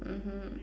mmhmm